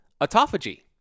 autophagy